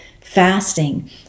fasting